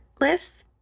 lists